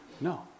No